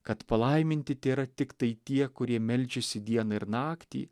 kad palaiminti tėra tiktai tie kurie meldžiasi dieną ir naktį